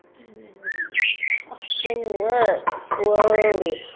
and then release. awesome work, slowly.